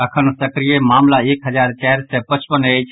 अखन सक्रिय मामिला एक हजार चारि सय पचपन अछि